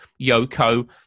Yoko